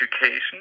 education